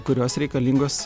kurios reikalingos